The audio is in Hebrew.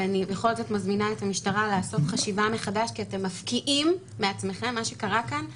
ואני בכל זאת מזמינה את המשטרה לעשות חשיבה מחדש מה שקרה כאן,